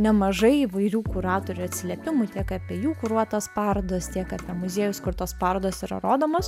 nemažai įvairių kuratorių atsiliepimų tiek apie jų kuruotas parodas tiek apie muziejus kur tos parodos yra rodomos